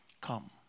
Come